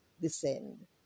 descend